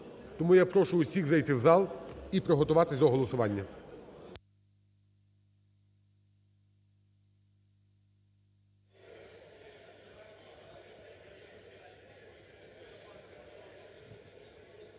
Тому я прошу всіх зайти в зал і приготуватись до голосування.